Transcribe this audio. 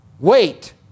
Wait